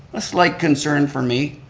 a slight concern for me.